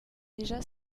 déjà